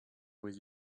with